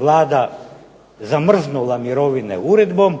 Vlada zamrznula mirovine uredbom,